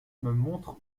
montre